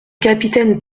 capitaine